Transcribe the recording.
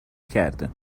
کرده